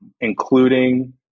including